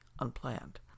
unplanned